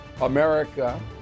America